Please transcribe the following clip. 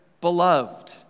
beloved